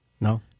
No